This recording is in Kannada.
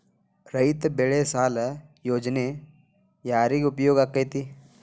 ರೈತ ಬೆಳೆ ಸಾಲ ಯೋಜನೆ ಯಾರಿಗೆ ಉಪಯೋಗ ಆಕ್ಕೆತಿ?